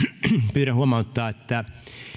pyydän huomauttaa että